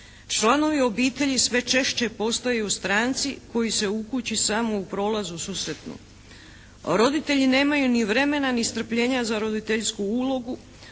Članovi obitelji sve češće postaju stranci koji se u kući samo u prolazu susretnu. Roditelji nemaju ni vremena ni strpljenja za roditeljsku ulogu